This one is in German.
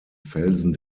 felsen